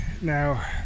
now